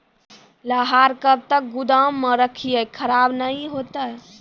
लहार कब तक गुदाम मे रखिए खराब नहीं होता?